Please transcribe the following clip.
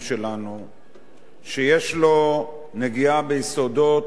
שיש לו נגיעה ביסודות הקיום המשותף